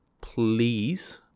please